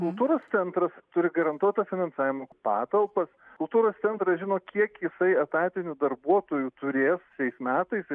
kultūros centras turi garantuotą finansavimą patalpas kultūros centras žino kiek jisai etatinių darbuotojų turės šiais metais ir